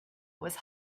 was